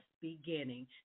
beginning